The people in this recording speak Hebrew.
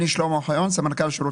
אני סמנכ"ל שירות